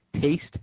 taste